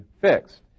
fixed